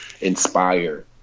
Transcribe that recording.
inspire